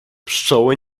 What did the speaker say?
pszczoły